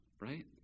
right